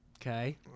Okay